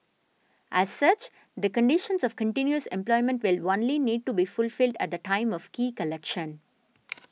as such the conditions of continuous employment will only need to be fulfilled at the time of key collection